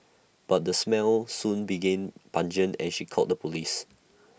but the smell soon became pungent and she called the Police